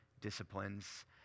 disciplines